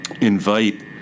invite